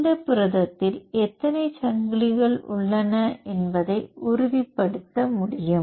இந்த புரதத்தில் எத்தனை சங்கிலிகள் உள்ளன என்பதை உறுதிப்படுத்த முடியும்